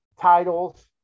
titles